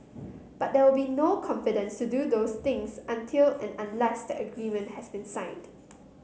but there will be no confidence to do those things until and unless that agreement has been signed